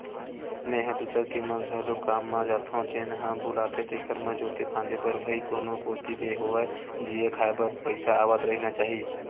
मेंहा दूसर के म घलोक काम म जाथो जेन ह बुलाथे तेखर म जोते फांदे बर भई कोनो कोती ले होवय जीए खांए बर पइसा आवत रहिना चाही